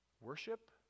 Worship